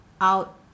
out